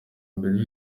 mbere